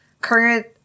current